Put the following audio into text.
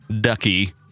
ducky